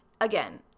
Again